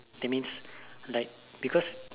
that means like because